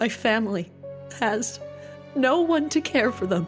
i family has no one to care for the